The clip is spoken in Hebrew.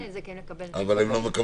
אבל הם לא מקבלים.